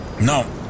No